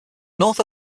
north